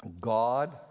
God